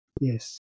Yes